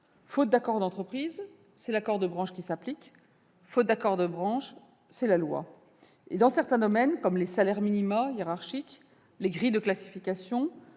faute d'accord d'entreprise, c'est l'accord de branche qui s'applique ; faute d'accord de branche, c'est la loi. Et, dans certains domaines, comme les salaires hiérarchiques, les grilles de classification,